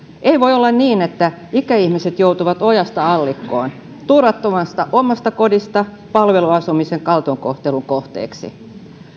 ei voi olla niin että ikäihmiset joutuvat ojasta allikkoon turvattomasta omasta kodista palveluasumisen kaltoinkohtelun kohteeksi